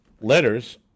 letters